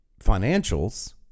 financials